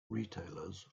retailers